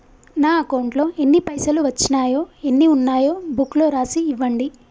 నా అకౌంట్లో ఎన్ని పైసలు వచ్చినాయో ఎన్ని ఉన్నాయో బుక్ లో రాసి ఇవ్వండి?